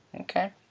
Okay